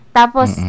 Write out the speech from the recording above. tapos